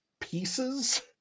pieces